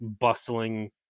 bustling